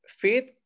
faith